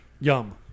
Yum